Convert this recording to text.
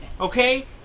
Okay